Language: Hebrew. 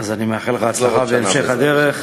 אז אני מאחל לך הצלחה בהמשך הדרך.